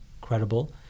credible